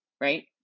Right